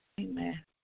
Amen